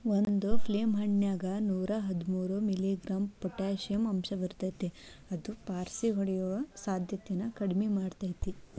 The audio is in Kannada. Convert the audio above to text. ಒಂದು ಪ್ಲಮ್ ಹಣ್ಣಿನ್ಯಾಗ ನೂರಾಹದ್ಮೂರು ಮಿ.ಗ್ರಾಂ ಪೊಟಾಷಿಯಂ ಅಂಶಇರ್ತೇತಿ ಇದು ಪಾರ್ಷಿಹೊಡಿಯೋ ಸಾಧ್ಯತೆನ ಕಡಿಮಿ ಮಾಡ್ತೆತಿ